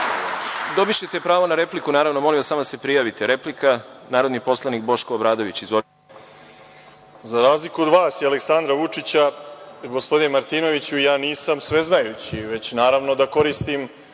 Replika.)Dobićete pravo na repliku naravno, molim vas samo da se prijavite. Replika, narodni poslanik Boško Obradović. Izvolite. **Boško Obradović** Za razliku od vas i Aleksandra Vučića, gospodine Martinoviću, ja nisam sveznajući, već naravno da koristim